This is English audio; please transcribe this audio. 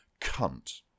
cunt